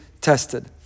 tested